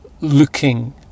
looking